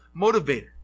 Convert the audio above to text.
motivator